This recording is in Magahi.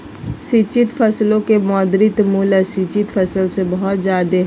सिंचित फसलो के मौद्रिक मूल्य असिंचित फसल से बहुत जादे हय